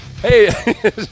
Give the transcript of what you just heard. Hey